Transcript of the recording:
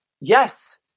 yes